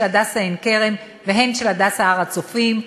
"הדסה עין-כרם" והן של "הדסה הר-הצופים".